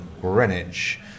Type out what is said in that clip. Greenwich